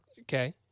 Okay